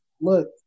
Look